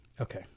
Okay